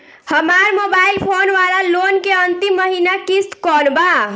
हमार mobile phone वाला loan के अंतिम महिना किश्त कौन बा?